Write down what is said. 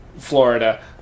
Florida